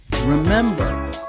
Remember